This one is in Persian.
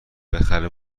بخره